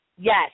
Yes